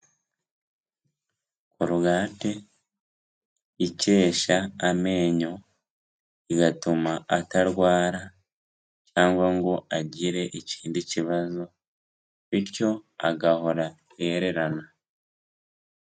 Korogate ikesha amenyo igatuma atarwara cyangwa ngo agire ikindi kibazo, bityo agahora yererana.